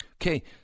Okay